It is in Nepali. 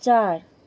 चार